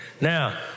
Now